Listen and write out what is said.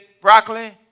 broccoli